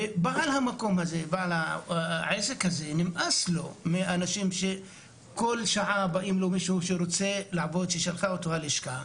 לבעל העסק נמאס מזה שכל שעה מגיעים אנשים שמגיעים מהלשכה,